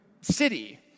city